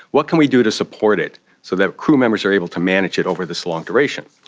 what can we do to support it so that crew members are able to manage it over this long duration?